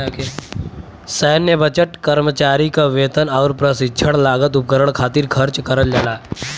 सैन्य बजट कर्मचारी क वेतन आउर प्रशिक्षण लागत उपकरण खातिर खर्च करल जाला